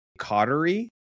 Cottery